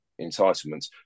entitlements